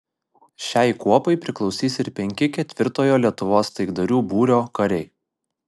šiai kuopai priklausys ir penki ketvirtojo lietuvos taikdarių būrio kariai